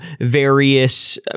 various